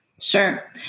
Sure